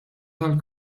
tal